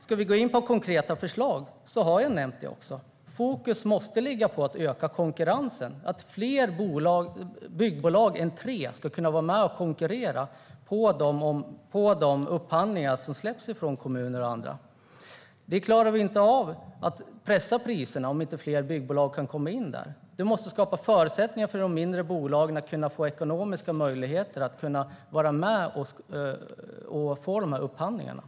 Ska vi gå in på konkreta förslag har jag nämnt sådana. Fokus måste ligga på att öka konkurrensen så att fler byggbolag än tre ska kunna vara med och konkurrera om de upphandlingar som släpps ifrån kommuner och andra. Vi klarar inte av att pressa priserna om inte fler byggbolag kan komma in där. Vi måste skapa förutsättningar för de mindre bolagen att få ekonomiska möjligheter att vara med och vinna upphandlingarna.